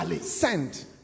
Send